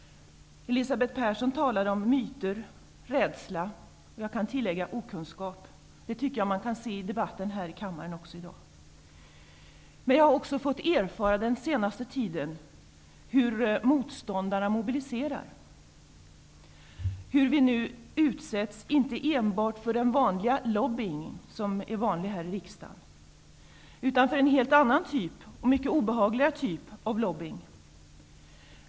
Elisabeth Persson talade om att det finns myter och rädsla. Jag kan tillägga att det finns okunskap. Det tycker jag att man också kan se i debatten här i kammaren i dag. Jag har den senaste tiden fått erfara hur motståndarna mobiliserar. Vi utsätts nu inte enbart för den typ av lobbying som är vanlig här i riksdagen, utan också för en annan och mycket obehagligare typ av lobbying.